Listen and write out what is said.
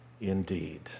indeed